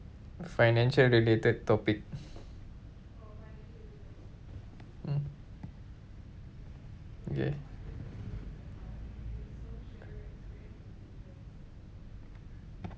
financial related topic mm okay